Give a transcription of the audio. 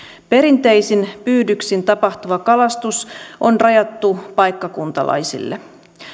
perinteisin pyydyksin tapahtuva kalastus on rajattu paikkakuntalaisille